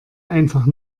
einfach